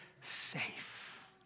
safe